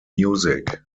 music